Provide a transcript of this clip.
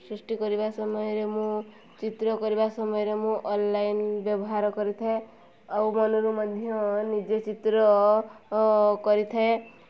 ସୃଷ୍ଟି କରିବା ସମୟରେ ମୁଁ ଚିତ୍ର କରିବା ସମୟରେ ମୁଁ ଅନଲାଇନ୍ ବ୍ୟବହାର କରିଥାଏ ଆଉ ମନରୁ ମଧ୍ୟ ନିଜେ ଚିତ୍ର କରିଥାଏ